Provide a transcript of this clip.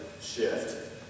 shift